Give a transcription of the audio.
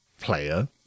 player